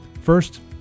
First